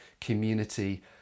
community